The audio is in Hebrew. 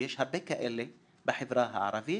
ויש הרבה כאלה בחברה הערבית,